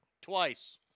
twice